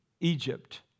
Egypt